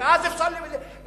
ואז אפשר להרוס.